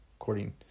according